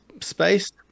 space